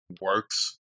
works